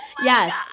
Yes